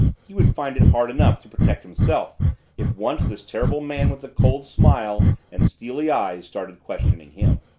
he would find it hard enough to protect himself if once this terrible man with the cold smile and steely eyes started questioning him.